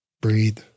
breathe